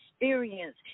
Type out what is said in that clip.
experience